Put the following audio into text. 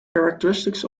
characteristics